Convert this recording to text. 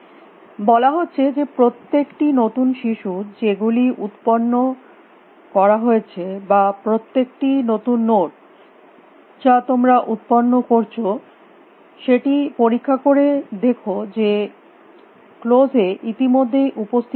বলা হচ্ছে যে প্রত্যেকটি নতুন শিশু যেগুলি উত্পন্ন করা হয়েছে বা প্রত্যেকটি নতুন নোড যা তোমরা উত্পন্ন করছ সেটি পরীক্ষা করে দেখো যে ক্লোস এ ইতিমধ্যেই উপস্থিত আছে কিনা